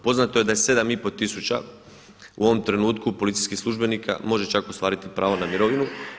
Poznato je da je 7,5 tisuća u ovom trenutku policijskih službenika može čak ostvariti pravo na mirovinu.